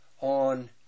on